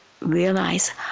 realize